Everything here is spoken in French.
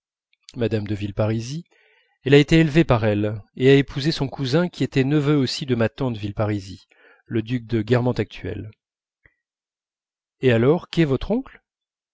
madame de villeparisis elle a été élevée par elle et a épousé son cousin qui était neveu aussi de ma tante villeparisis le duc de guermantes actuel et alors qu'est votre oncle